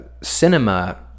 cinema